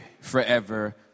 forever